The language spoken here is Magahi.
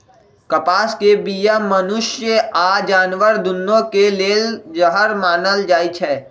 कपास के बीया मनुष्य आऽ जानवर दुन्नों के लेल जहर मानल जाई छै